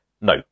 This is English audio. no